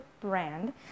brand